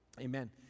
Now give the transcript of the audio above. Amen